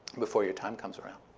before your time comes around.